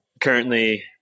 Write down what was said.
currently